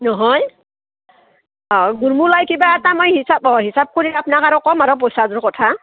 নহয় অঁ গুুৰমলাই কিবা এটা মই হিচাপ অ হিচাপ কৰি আপোনাক আৰু কম আৰু পইচাটোৰ কথা